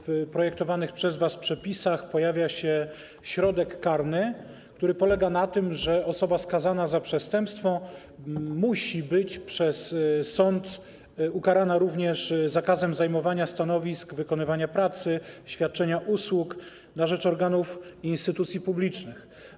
W projektowanych przez was przepisach pojawia się środek karny, który polega na tym, że osoba skazana za przestępstwo musi być przez sąd ukarana również zakazem zajmowania stanowisk, wykonywania pracy, świadczenia usług na rzecz organów i instytucji publicznych.